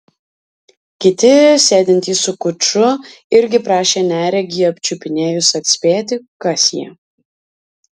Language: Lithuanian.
kiti sėdintys su kuču irgi prašė neregį apčiupinėjus atspėti kas jie